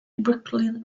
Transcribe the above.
brooklyn